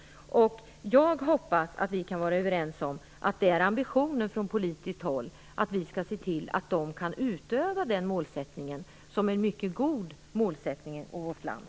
Jag hoppas att vi kan vara överens om att ambitionen från politiskt håll är att se till att de kan utöva denna målsättning, som är en mycket god målsättning för vårt land.